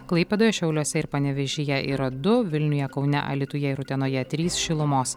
klaipėdoje šiauliuose ir panevėžyje yra du vilniuje kaune alytuje ir utenoje trys šilumos